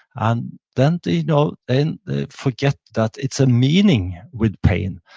and then they you know and they forget that it's a meaning with pain.